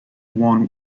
won